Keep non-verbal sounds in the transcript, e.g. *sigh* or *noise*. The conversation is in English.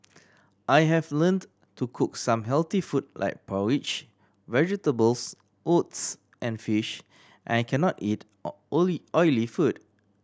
I have learned to cook some healthy food like porridge vegetables oats and fish and I cannot eat *unintelligible* oily food